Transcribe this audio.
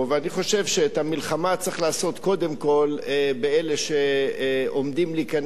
אני חושב שאת המלחמה צריך לעשות קודם כול באלה שעומדים להיכנס,